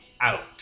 out